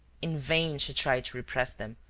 in vain she tried to repress them,